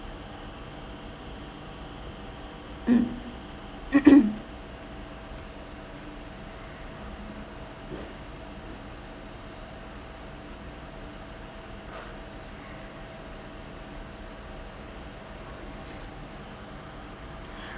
mm